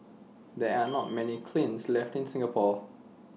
there are not many kilns left in Singapore